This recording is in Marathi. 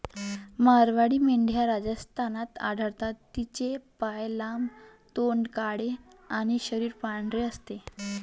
मारवाडी मेंढ्या राजस्थानात आढळतात, तिचे पाय लांब, तोंड काळे आणि शरीर पांढरे असते